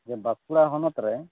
ᱡᱮ ᱵᱟᱠᱩᱲᱟ ᱦᱚᱱᱚᱛ ᱨᱮ